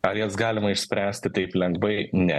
ar jas galima išspręsti taip lengvai ne